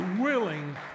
willing